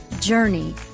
journey